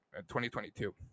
2022